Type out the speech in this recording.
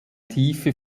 tiefe